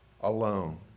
Alone